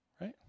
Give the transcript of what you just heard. Right